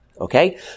Okay